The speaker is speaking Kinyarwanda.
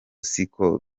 siko